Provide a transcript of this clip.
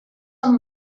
amb